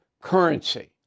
currency